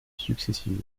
successives